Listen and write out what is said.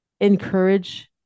encourage